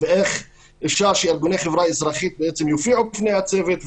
ואיך אפשר שארגוני חברה אזרחית יופיעו בפני הצוות,